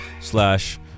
slash